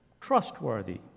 trustworthy